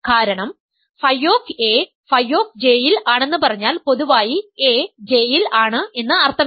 കാരണം Φ Φ യിൽ ആണെന്ന് പറഞ്ഞാൽ പൊതുവായി a J ഇൽ ആണ് എന്ന് അർത്ഥമില്ല